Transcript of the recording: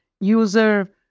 user